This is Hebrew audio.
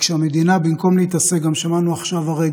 האנשים שהם רוב הציבור הישראלי,